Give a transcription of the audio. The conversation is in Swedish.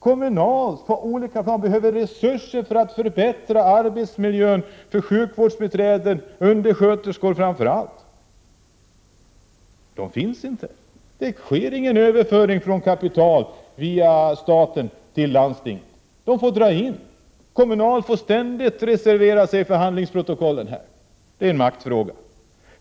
Kommunalt erfordras ekonomiska resurser för att förbättra arbetsmiljön framför allt för sjukvårdsbiträden och undersköterskor. Men resurserna finns inte. Det sker ingen överföring av kapital via staten till landstingen. Man måste göra indragningar. Kommunal får ständigt reservera sig i förhandlingsprotokollen. Det är en maktfråga.